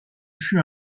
fut